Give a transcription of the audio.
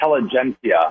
intelligentsia